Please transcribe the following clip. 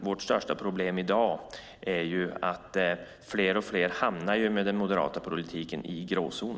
Vårt största problem i dag är ju att fler och fler hamnar i gråzonen med den moderata politiken.